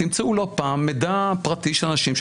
ותמצאו לא פעם מידע פרטי של אנשים,